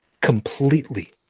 completely